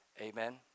Amen